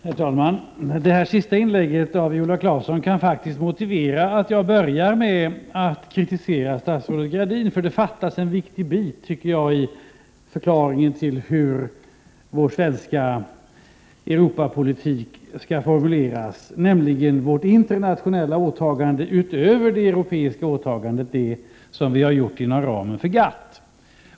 Herr talman! Det sista inlägget av Viola Claesson kan faktiskt motivera att jag börjar med att kritisera statsrådet Gradin, för det fattas en viktig bit, tycker jag, i förklaringen till hur vår svenska Europapolitik skall formuleras, nämligen vårt internationella åtagande utöver det europeiska åtagandet: det som vi har gjort inom ramen för GATT.